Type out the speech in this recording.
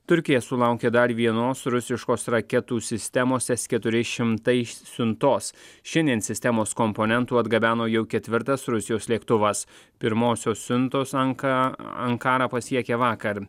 turkija sulaukė dar vienos rusiškos raketų sistemos es keturi šimtai siuntos šiandien sistemos komponentų atgabeno jau ketvirtas rusijos lėktuvas pirmosios siuntos anka ankarą pasiekė vakar